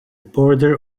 border